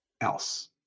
else